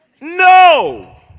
No